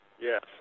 Yes